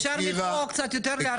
אפשר קצת יותר להרחיב?